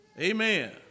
Amen